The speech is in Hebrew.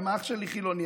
גם אח שלי חילוני,